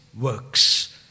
works